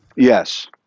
Yes